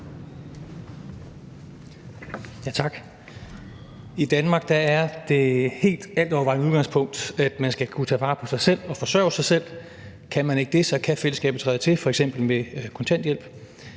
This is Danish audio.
I Danmark er det helt altovervejende udgangspunkt, at man skal kunne tage vare på sig selv og forsørge sig selv. Kan man ikke det, kan fællesskabet træde til, f.eks. med kontanthjælp,